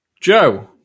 Joe